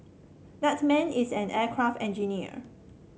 that man is an aircraft engineer